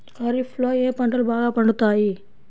ఖరీఫ్లో ఏ పంటలు బాగా పండుతాయి?